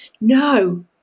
No